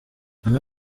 amwe